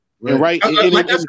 Right